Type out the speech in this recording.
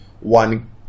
one